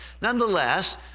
nonetheless